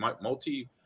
multi